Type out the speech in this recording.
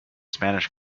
spanish